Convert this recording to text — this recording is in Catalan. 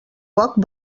poc